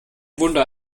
wunder